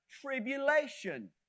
tribulation